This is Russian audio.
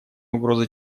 угроза